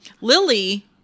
Lily